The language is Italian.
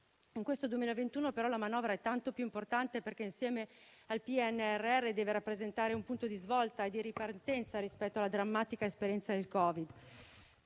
In questo 2021 però la manovra è tanto più importante perché, insieme al PNRR, deve rappresentare un punto di svolta e di ripartenza rispetto alla drammatica esperienza del Covid.